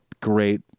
great